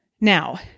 Now